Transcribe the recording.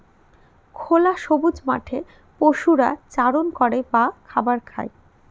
খোলা সবুজ মাঠে পশুরা চারণ করে বা খাবার খায়